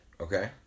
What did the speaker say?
Okay